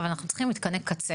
אבל אנחנו צריכים מתקני קצה.